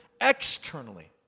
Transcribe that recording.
externally